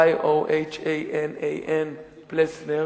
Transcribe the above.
yohananplesner,